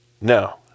No